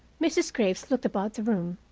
mrs. graves looked about the room,